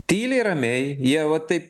tyliai ramiai jie va taip